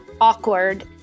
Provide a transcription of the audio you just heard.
awkward